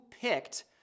picked